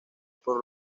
por